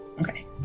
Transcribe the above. Okay